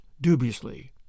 dubiously